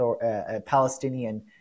Palestinian